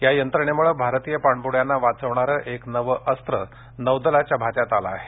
या यंत्रणेमुळे भारतीय पाणबुड्यांना वाचवणारं एक नवं अस्त्र नौदलाच्या भात्यात आलं आहे